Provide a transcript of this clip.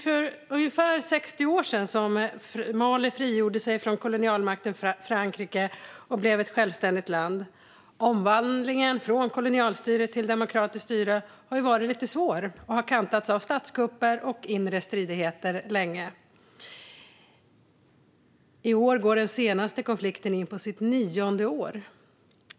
För ungefär 60 år sedan frigjorde sig Mali från kolonialmakten Frankrike och blev ett självständigt land. Omvandlingen från kolonialstyre till demokratiskt styre har varit lite svår och har länge kantats av statskupper och inre stridigheter. I år går den senaste konflikten in på sitt nionde år.